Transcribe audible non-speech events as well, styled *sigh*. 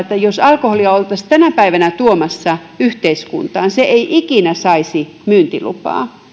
*unintelligible* että alkoholia oltaisiin tänä päivänä tuomassa yhteiskuntaan niin se ei ikinä saisi myyntilupaa